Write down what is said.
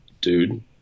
dude